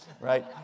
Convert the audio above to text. Right